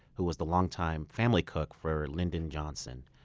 who was the longtime family cook for lyndon johnson.